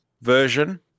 version